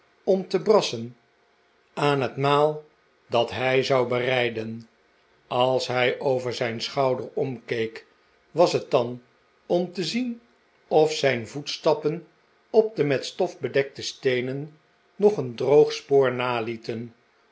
om te brassen aan het maal dat hij zou bereiden als hij over zijn schouder omkeek was het dan om te zien of zijn voetstappen op de met stof bedekte steenen nog een droog spoor nalieten